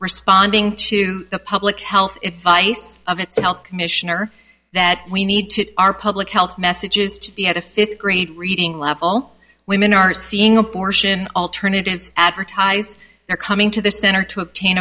responding to the public health advice of its health commissioner that we need to our public health messages to be at a fifth grade reading level women are seeing abortion alternatives advertise or coming to the center to obtain